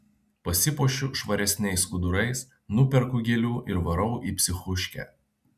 pasipuošiu švaresniais skudurais nuperku gėlių ir varau į psichuškę